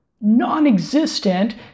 non-existent